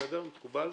מקובל?